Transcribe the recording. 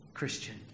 Christian